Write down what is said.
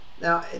Now